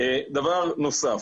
דבר נוסף,